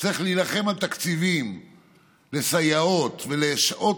צריך להילחם על תקציבים לסייעות ולשעות